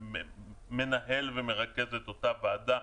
שמנהל ומרכז את אותה ועדה.